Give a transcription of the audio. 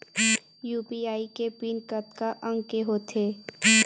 UPI के PIN कतका अंक के होथे?